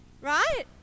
right